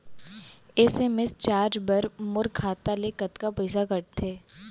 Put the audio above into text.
SMS charge बर मोर खाता ले कतका पइसा कटथे?